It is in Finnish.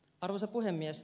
arvoisa puhemies